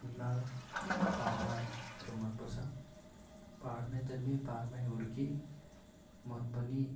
हिमाल पाहाडहरू मनपर्छ पाहाडमै जन्मेँ पाहाडमै हुर्केँ मन पनि